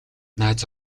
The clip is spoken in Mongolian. найз